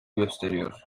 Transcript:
gösteriyor